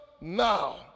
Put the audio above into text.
now